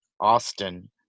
Austin